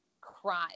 crime